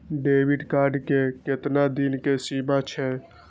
Debit card के केतना दिन के सीमा छै?